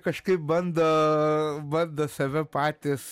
kažkaip bando bando save patys